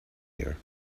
here